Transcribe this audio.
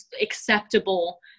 acceptable